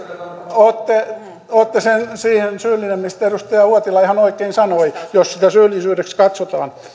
olette olette syyllinen siihen mistä edustaja uotila ihan oikein sanoi jos se syyllisyydeksi katsotaan